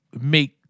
make